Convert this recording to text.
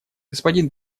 господин